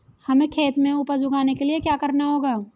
हमें खेत में उपज उगाने के लिये क्या करना होगा?